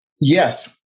yes